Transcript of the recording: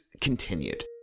continued